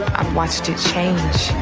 i've watched it change.